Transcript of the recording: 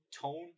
tone